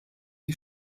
die